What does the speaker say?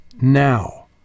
Now